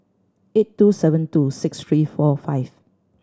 eight two seven two six three four five